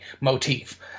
motif